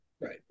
Right